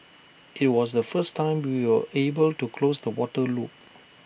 IT was the first time we were able to close the water loop